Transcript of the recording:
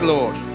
Lord